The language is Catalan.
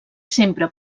sempre